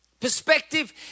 perspective